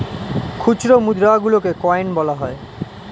খুচরো মুদ্রা গুলোকে কয়েন বলা হয়